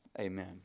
Amen